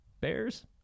Bears